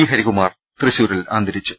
ഹരികുമാർ തൃശൂരിൽ അന്തരിച്ചു